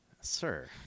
Sir